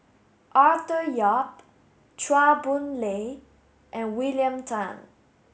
Arthur Yap Chua Boon Lay and William Tan